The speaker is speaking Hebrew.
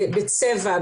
בצבע,